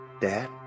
Dad